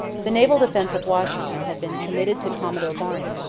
the naval defence of washington had been committed to commodore barney,